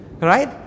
right